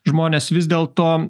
žmonės vis dėlto